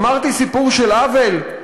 אמרתי סיפור של עוול?